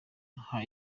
aha